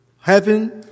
heaven